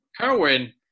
Carwin